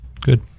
good